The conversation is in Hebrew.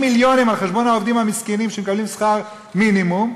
מיליונים על חשבון העובדים המסכנים שמקבלים שכר מינימום.